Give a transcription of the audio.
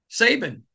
Saban